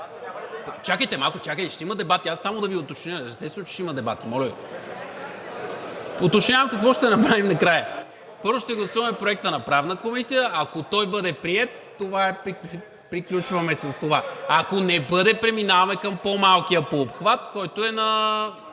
Чакайте малко, ще има дебати. Естествено, че ще има дебати, моля Ви. Уточнявам какво ще направим накрая. Първо ще гласуваме Проекта на Правната комисия. Ако той бъде приет, приключваме с това, а ако не бъде, преминаваме към по-малкия по обхват, който е на